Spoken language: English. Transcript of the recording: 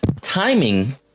Timing